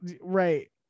right